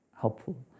helpful